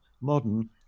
modern